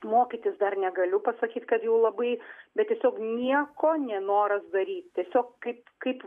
mokytis dar negaliu pasakyt kad jau labai bet tiesiog nieko nenoras daryti tiesiog kaip kaip